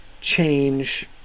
change